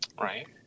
Right